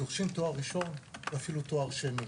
דורשים תואר ראשון ואפילו תואר שני,